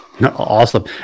awesome